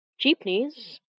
Jeepneys